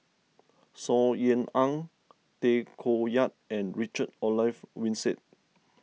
Saw Ean Ang Tay Koh Yat and Richard Olaf Winstedt